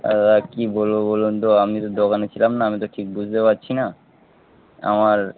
হ্যাঁ দাদা কী বলব বলুন তো আমি তো দোকানে ছিলাম না আমি তো ঠিক বুঝতে পারছি না আমার